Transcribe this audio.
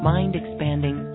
Mind-expanding